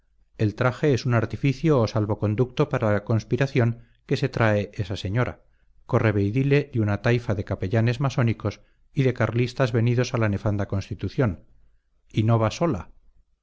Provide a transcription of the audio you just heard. el traje es un artificio o salvoconducto para la conspiración que se trae esa señora correveidile de una taifa de capellanes masónicos y de carlistas vendidos a la nefanda constitución y no va sola